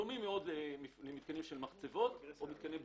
הם דומים מאוד למתקנים של מחצבות או מתקני בטון.